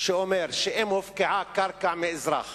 שאומר שאם הופקעה קרקע מאזרח